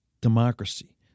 Democracy